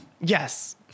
Yes